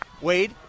Wade